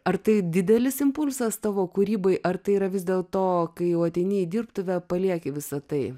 ar tai didelis impulsas tavo kūrybai ar tai yra vis dėl to kai jau ateini į dirbtuvę palieki visa tai